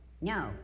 No